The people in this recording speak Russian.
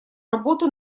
работу